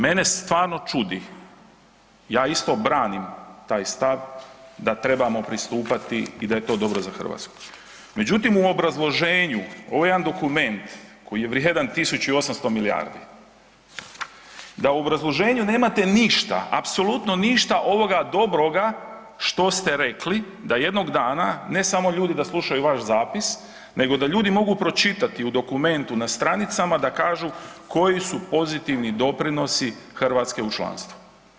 Mene stvarno čudi, ja isto branim taj stav da trebamo pristupati i da je to dobro za Hrvatsku, međutim u obrazloženju, ovo je jedan dokument koji je vrijedan tisuću i 800 milijardi, da u obrazloženju nemate ništa, apsolutno ništa ovoga dobroga što ste rekli da jednog dana ne samo ljudi da slušaju vaš zapis nego da ljudi mogu pročitati u dokumentu na stranicama da kažu koji su pozitivni doprinosi Hrvatske u članstvu.